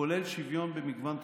כולל שוויון במגוון תחומים.